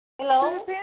Hello